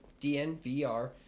DNVR